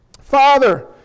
Father